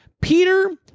peter